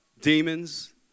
demons